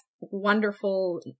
wonderful